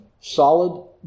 solid